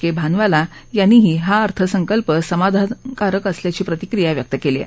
के भानवाला यांनीही हा अर्थसंकल्प समाधानकारक असल्याची प्रतिक्रीया व्यक्त केली आहे